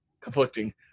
conflicting